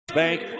bank